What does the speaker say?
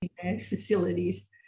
facilities